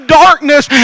darkness